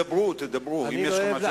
תדברו, תדברו, אם יש לכם משהו לומר.